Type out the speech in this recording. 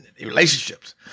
relationships